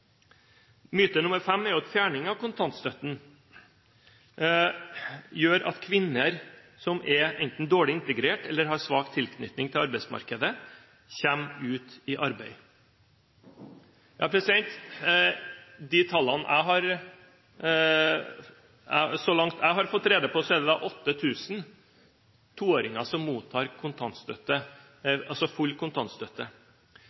Myte nr. fem er at fjerning av kontantstøtten gjør at kvinner som enten er dårlig integrert eller har svak tilknytning til arbeidsmarkedet, kommer ut i arbeid. Så langt jeg har fått rede på, er det 8 000 toåringer som mottar full kontantstøtte.